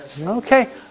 Okay